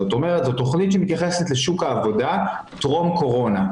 זאת אומרת זו תוכנית שמתייחסת לשוק העבודה טרום קורונה.